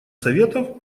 совета